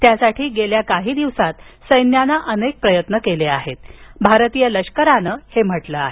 त्यासाठी गेल्या काही दिवसात सैन्यानं अनेक प्रयत्न केले आहेत असं भारतीय लष्करान म्हटलं आहे